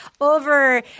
over